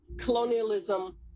colonialism